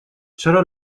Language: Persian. چرا